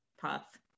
path